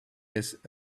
has